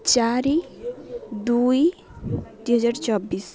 ଚାରି ଦୁଇ ଦୁଇହଜାର ଚବିଶ